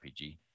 RPG